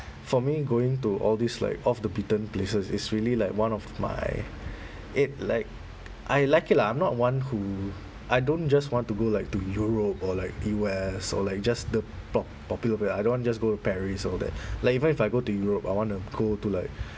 for me going to all these like off the beaten places is really like one of my it like I like it lah I'm not one who I don't just want to go like to europe or like U_S or like just the pop~ popular place I don't want just go to paris all that like even if I go to europe I want to go to like